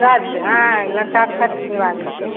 shirt हाँ लड़का का सट सिलवा दीजिए